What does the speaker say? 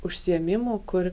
užsiėmimų kur